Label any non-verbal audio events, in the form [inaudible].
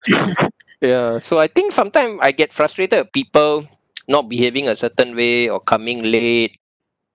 [laughs] ya so I think sometime I get frustrated of people [noise] not behaving a certain way or coming late